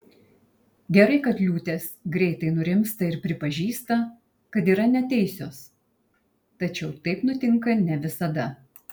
gerai kad liūtės greitai nurimsta ir pripažįsta kad yra neteisios tačiau taip nutinka ne visada